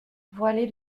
voilée